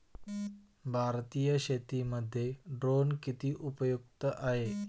भारतीय शेतीमध्ये ड्रोन किती उपयुक्त आहेत?